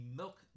milk